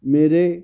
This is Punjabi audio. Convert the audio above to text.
ਮੇਰੇ